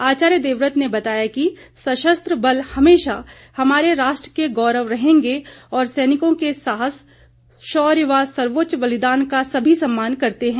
आचार्य देवव्रत ने बताया कि सशस्त्र बल हमेशा हमारे राष्ट्र के गौरव रहेंगे और सैनिकों के साहस शौर्य व सर्वोच्च बलिदान का सभी सम्मान करते हैं